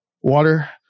Water